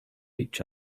each